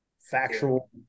factual